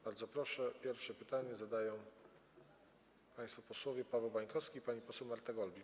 Bardzo proszę, pierwsze pytanie zadają państwo posłowie Paweł Bańkowski i Marta Golbik.